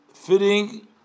fitting